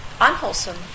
unwholesome